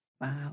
Wow